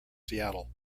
seattle